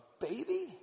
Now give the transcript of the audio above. baby